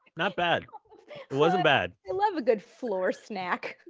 not bad. it wasn't bad. i love a good floor snack.